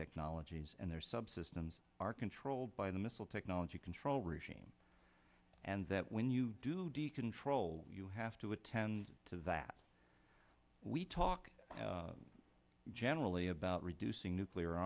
technologies and their subsystems are controlled by the missile technology control regime and that when you do decontrol you have to attend to that we talk generally about reducing nuclear